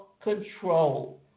control